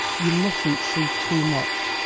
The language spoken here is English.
you mustn't see too much.